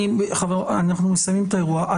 חברים, אנחנו מסיימים את האירוע.